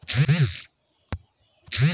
solar pump आउर दूसर नइका उपकरण लगावे खातिर हौ